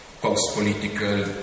post-political